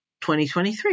2023